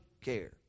care